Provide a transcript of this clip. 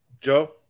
Joe